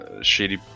shady